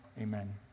Amen